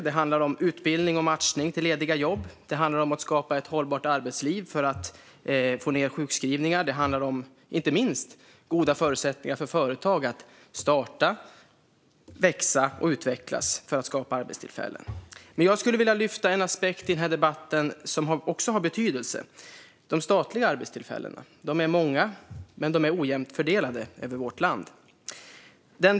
Det handlar om utbildning och matchning till lediga jobb. Det handlar om att skapa ett hållbart arbetsliv för att få ned sjukskrivningarna. Det handlar inte minst om goda förutsättningar för företag att starta, växa och utvecklas för att skapa arbetstillfällen. Men jag skulle i denna debatt vilja lyfta en annan aspekt som också har betydelse: de statliga arbetstillfällena. De är många, men de är ojämnt fördelade över vårt land.